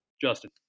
Justin